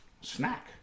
Snack